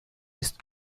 ist